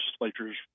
legislature's